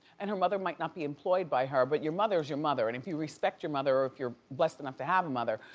and her mother might not be employed by her but your mother's your mother. and if you respect your mother or if you're blessed enough to have a mother,